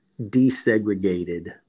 desegregated